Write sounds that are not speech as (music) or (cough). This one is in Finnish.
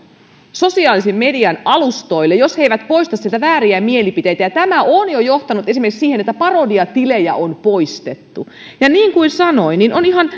sosiaalisen median alustoille jos ne eivät poista sieltä vääriä mielipiteitä tämä on jo johtanut esimerkiksi siihen että parodiatilejä on poistettu ja niin kuin sanoin on ihan (unintelligible)